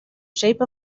shape